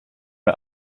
are